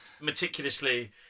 meticulously